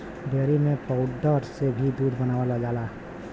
dairy में powder से भी दूध बनावल जाला